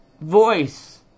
voice